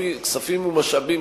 וכספים ומשאבים,